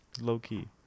Low-key